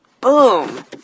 boom